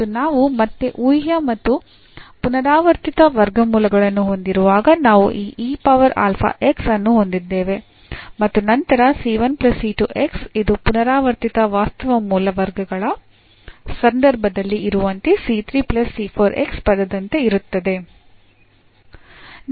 ಮತ್ತು ನಾವು ಮತ್ತೆ ಊಹ್ಯ ಮತ್ತು ಪುನರಾವರ್ತಿತ ಮೂಲಗಳನ್ನು ಹೊಂದಿರುವಾಗ ನಾವು ಈ e power alpha x ಅನ್ನು ಹೊಂದಿದ್ದೇವೆ ಮತ್ತು ನಂತರ ಇದು ಪುನರಾವರ್ತಿತ ವಾಸ್ತವ ಮೂಲ ವರ್ಗಗಳ ಸಂದರ್ಭದಲ್ಲಿ ಇರುವಂತೆ ಪದದಂತೆ ಇರುತ್ತದೆ